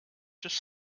just